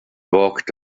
walked